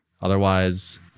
otherwise